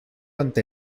ante